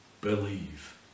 believe